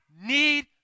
need